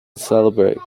celebrate